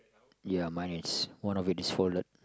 ya mine is one of it is folded